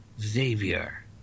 Xavier